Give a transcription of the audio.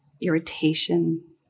irritation